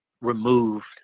removed